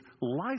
life